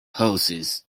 horses